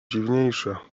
dziwniejsza